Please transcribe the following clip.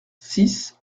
six